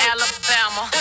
Alabama